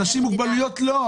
אנשים עם מוגבלויות לא.